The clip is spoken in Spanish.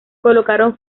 colocaron